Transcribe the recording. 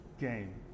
game